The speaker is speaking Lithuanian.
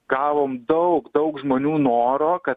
gavom daug daug žmonių noro kad